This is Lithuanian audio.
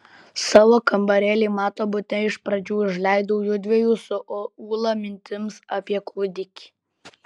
savo kambarėlį mato bute iš pradžių užleidau jųdviejų su ūla mintims apie kūdikį